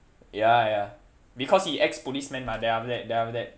ya ya because he ex policeman mah then after that then after that